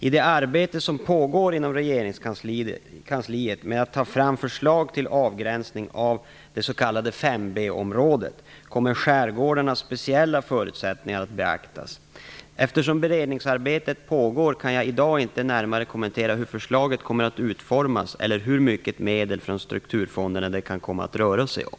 I det arbete som pågår inom regeringskansliet med att ta fram förslag till avgränsning av s.k. 5-bområden kommer skärgårdarnas speciella förutsättningar att beaktas. Eftersom beredningsarbetet pågår kan jag i dag inte närmare kommentera hur förslaget kommer att utformas eller hur mycket medel från strukturfonderna det kan komma att röra sig om.